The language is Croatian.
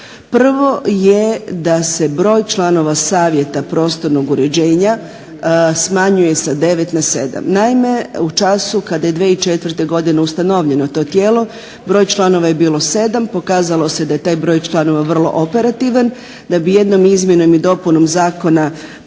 Prvo je da se broj članova savjeta prostornog uređenja smanjuje sa 9 na 7. Naime, u času kada je 2004. godine ustanovljeno to tijelo broj članova je bio 7. Pokazalo se da je taj broj članova vrlo operativan, da bi jednom izmjenom i dopunom zakona pred